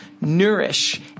nourish